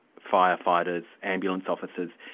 fire-fighters, ambulance officers.